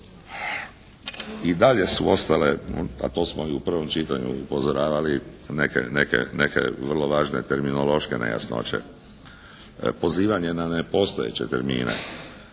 I dalje su ostale, a to smo i u prvom čitanju upozoravali neke vrlo važne terminološke nejasnoće. Pozivanje na nepostojeće termine